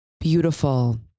beautiful